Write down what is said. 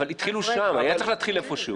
אבל התחילו שם, היה צריך להתחיל איפה שהוא.